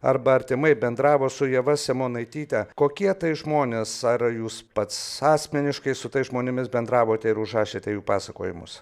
arba artimai bendravo su ieva simonaityte kokie tai žmonės ar jūs pats asmeniškai su tais žmonėmis bendravote ir užrašėte jų pasakojimus